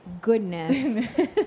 goodness